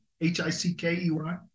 H-I-C-K-E-Y